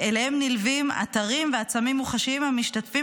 "אליהם נלווים אתרים ועצמים מוחשיים המשתתפים